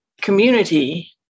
community